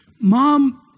Mom